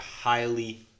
highly